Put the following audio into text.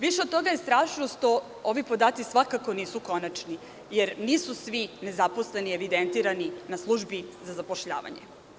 Više od toga je strašno što ovi podaci svakako nisu konačni, jer nisu svi nezaposleni evidentirani u službi za zapošljavanje.